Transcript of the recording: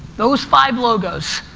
those five logos,